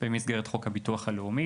במסגרת חוק הביטוח הלאומי,